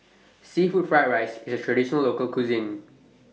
Seafood Fried Rice IS A Traditional Local Cuisine